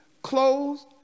clothes